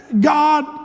God